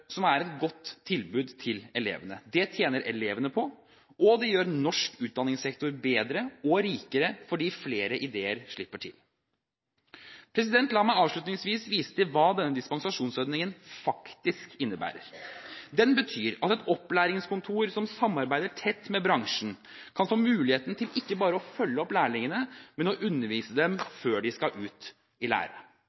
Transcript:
har for et godt tilbud til elevene. Det tjener elevene på, og det gjør norsk utdanningssektor bedre og rikere, fordi flere ideer slipper til. La meg avslutningsvis vise til hva denne dispensasjonsordningen faktisk innebærer. Den betyr at et opplæringskontor som samarbeider tett med bransjen, kan få muligheten til ikke bare å følge opp lærlingene, men å undervise dem